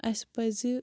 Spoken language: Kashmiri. اسہِ پَزِ